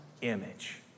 image